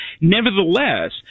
Nevertheless